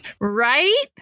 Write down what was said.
Right